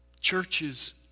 Churches